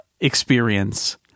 experience